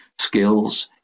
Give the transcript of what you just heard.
skills